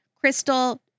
Crystal